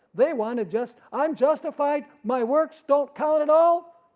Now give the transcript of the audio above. they wanted just i'm justified, my works don't count at all,